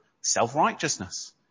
self-righteousness